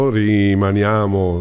rimaniamo